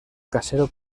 casero